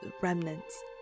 remnants